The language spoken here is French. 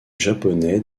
japonais